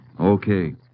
Okay